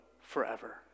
forever